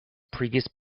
previous